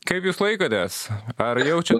kaip jūs laikotės ar jaučiat